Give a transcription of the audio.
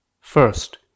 First